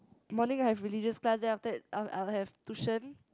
morning I have religious class then after that I'll I'll have tuition